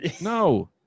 No